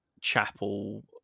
chapel